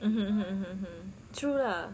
mmhmm mmhmm true lah